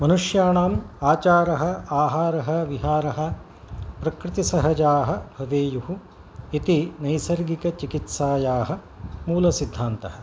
मनुष्याणाम् आचारः आहारः विहारः प्रकृतिसहजाः भवेयुः इति नैसर्गिकचिकित्सायाः मूलसिद्धान्तः